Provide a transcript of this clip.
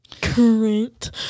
current